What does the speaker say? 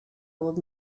old